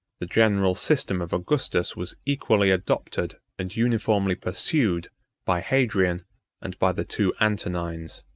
the general system of augustus was equally adopted and uniformly pursued by hadrian and by the two antonines.